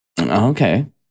Okay